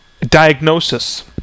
diagnosis